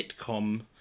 sitcom